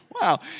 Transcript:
Wow